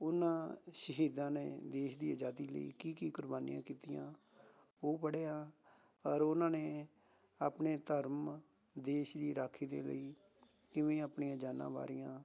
ਉਹਨਾਂ ਸ਼ਹੀਦਾਂ ਨੇ ਦੇਸ਼ ਦੀ ਆਜ਼ਾਦੀ ਲਈ ਕੀ ਕੀ ਕੁਰਬਾਨੀਆਂ ਕੀਤੀਆਂ ਉਹ ਪੜ੍ਹਿਆ ਔਰ ਉਹਨਾਂ ਨੇ ਆਪਣੇ ਧਰਮ ਦੇਸ਼ ਦੀ ਰਾਖੀ ਦੇ ਲਈ ਕਿਵੇਂ ਆਪਣੀਆਂ ਜਾਨਾਂ ਵਾਰੀਆਂ